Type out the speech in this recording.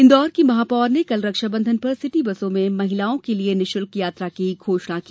इंदौर की महापौर ने कल रक्षा बंधन पर सिटी बसों में महिलाओं के लिये निशुल्क यात्रा की घोषणा की